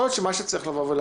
יכול להיות שמה שצריך להגיד,